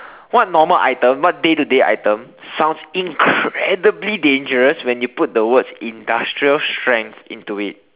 what normal items what day to day item sounds incredibly dangerous when you put the words industrial strength into it